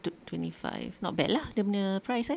two twenty five not bad lah dia punya price eh